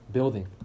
Building